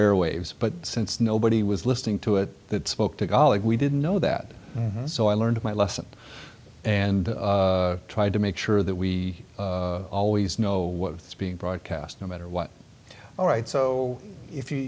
airwaves but since nobody was listening to it that spoke to golic we didn't know that so i learned my lesson and tried to make sure that we always know what's being broadcast no matter what all right so if you